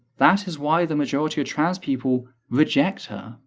that is why the majority of trans people reject her.